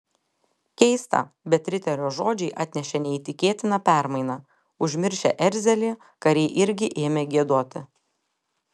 keista bet riterio žodžiai atnešė neįtikėtiną permainą užmiršę erzelį kariai irgi ėmė giedoti